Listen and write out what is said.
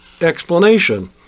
explanation